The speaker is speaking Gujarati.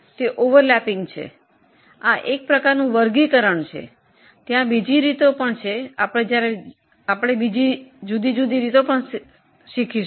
તે ઓવરલેપ થઈ શકે છે આ પણ એક પ્રકારનું વર્ગીકરણ છે અમે જુદી જુદી રીતો શીખીશું